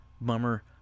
bummer